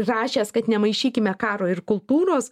rašęs kad nemaišykime karo ir kultūros